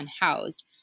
unhoused